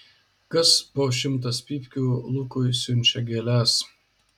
kas po šimtas pypkių lukui siunčia gėles